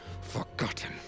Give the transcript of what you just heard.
forgotten